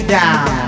down